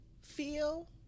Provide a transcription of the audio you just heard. feel